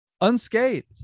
unscathed